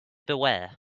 beware